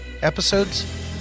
episodes